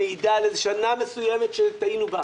מעידה על שנה מסוימת שטעינו בה.